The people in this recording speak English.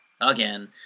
again